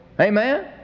Amen